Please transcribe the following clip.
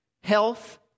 health